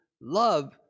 love